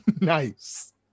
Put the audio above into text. nice